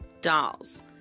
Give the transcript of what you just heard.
Dolls